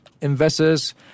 Investors